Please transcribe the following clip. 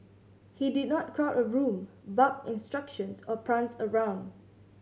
he did not crowd a room bark instructions or prance around